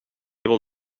able